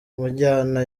njyana